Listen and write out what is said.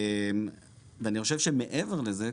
אני חושב שמעבר לזה,